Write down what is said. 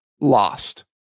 lost